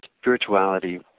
Spirituality